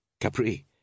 Capri